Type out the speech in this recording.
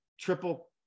triple